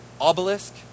obelisk